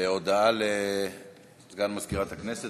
הודעה לסגן מזכיר הכנסת.